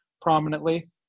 prominently